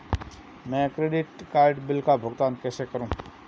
मैं credit card bill का भुगतान कैसे करूं?